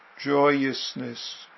joyousness